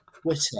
Twitter